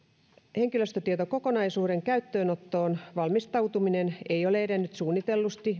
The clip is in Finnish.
henkilöstötietokokonaisuuden käyttöönottoon valmistautuminen ei ole edennyt suunnitellusti